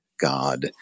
God